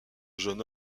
jeune